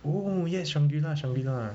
oh yes shangri-la shangri-la